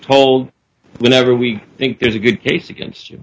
told whenever we think there's a good case against you